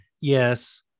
Yes